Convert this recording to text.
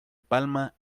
palma